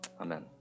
Amen